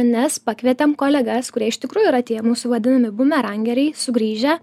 nes pakvietėm kolegas kurie iš tikrųjų yra tie mūsų vadinami bumerangeriai sugrįžę